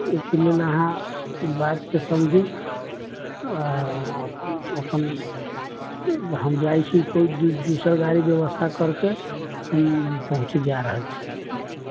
एहि के लेल अहाँ बात के समझु आ अपन हम जाइ छी कोइ दोसर गाड़ी के ब्यबस्था करिके हम पहुँच जा रहल छी